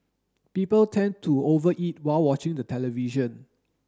people tend to over eat while watching the television